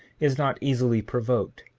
is not easily provoked,